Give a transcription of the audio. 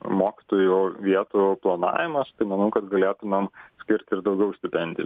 mokytojų vietų planavimas tai manau kad galėtumėm skirti ir daugiau stipendijų